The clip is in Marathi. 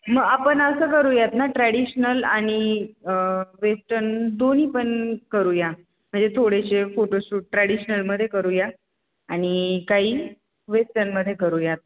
मग आपण असं करूयात ना ट्रॅडिशनल आणि वेस्टन दोन्ही पण करूया म्हणजे थोडेसे फोटोशूट ट्रॅडिशनलमध्ये करूया आणि काही वेस्टर्नमध्ये करूयात